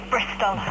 Bristol